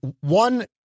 One